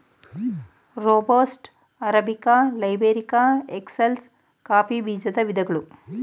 robusta, arabica, liberica, excelsa coffee ಬೀಜದ ವಿಧಗಳು